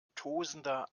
tosender